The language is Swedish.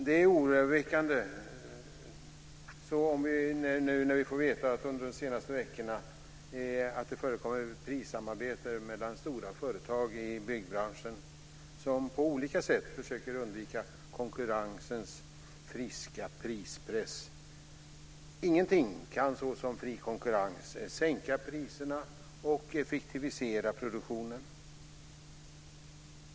Det är oroväckande att det, som vi fått veta under de senaste veckorna, förekommer prissamarbete mellan stora företag i byggbranschen som på olika sätt försöker undvika konkurrensens friska prispress. Ingenting kan så som fri konkurrens sänka priserna och effektivisera produktionen.